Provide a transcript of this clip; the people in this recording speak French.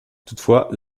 toutefois